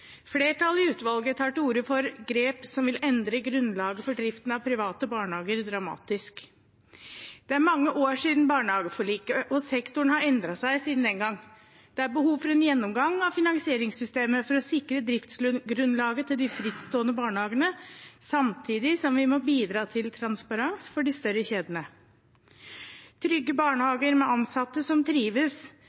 Flertallet i utvalget tar til orde for grep som vil endre grunnlaget for driften av private barnehager dramatisk. Det er mange år siden barnehageforliket, og sektoren har endret seg siden den gang. Det er behov for en gjennomgang av finansieringssystemet for å sikre driftsgrunnlaget til de frittstående barnehagene, samtidig som vi må bidra til transparens for de større kjedene. Trygge barnehager med ansatte som trives